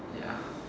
ya